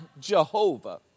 Jehovah